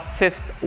fifth